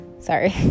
Sorry